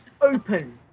open